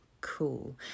Cool